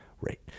Right